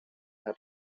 had